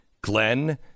Glenn